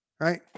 right